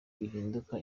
rihinduka